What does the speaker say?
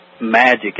magic